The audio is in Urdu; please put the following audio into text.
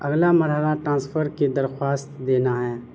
اگلا مرحلہ ٹرانسفر کی درخواست دینا ہے